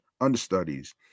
understudies